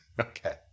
Okay